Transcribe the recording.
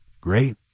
Great